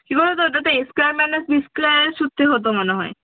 কি করে হতো ওটা তো এ স্কোয়ার মাইনাস বি স্কোয়ারের সূত্রে হতো মনে হয়